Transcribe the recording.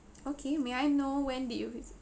okay may I know when did you visit